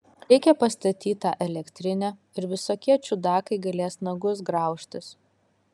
reikia pastatyt tą elektrinę ir visokie čiudakai galės nagus graužtis